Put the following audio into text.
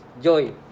joy